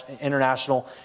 International